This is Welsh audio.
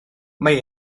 mae